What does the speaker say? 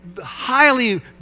highly